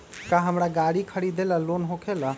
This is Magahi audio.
का हमरा गारी खरीदेला लोन होकेला?